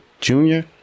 Junior